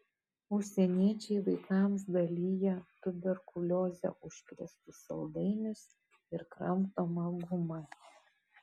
užsieniečiai vaikams dalija tuberkulioze užkrėstus saldainius ir kramtomą gumą